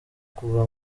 kuva